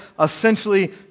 essentially